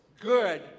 good